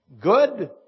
good